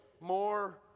more